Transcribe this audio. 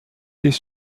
dies